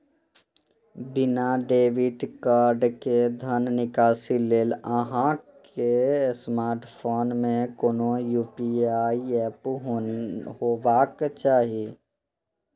बिना debit card के धन निकासी लेल अहां के स्मार्टफोन मे कोनो यू.पी.आई एप हेबाक चाही